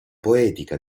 poetica